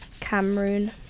cameroon